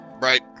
right